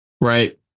right